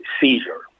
seizure